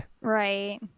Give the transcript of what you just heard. right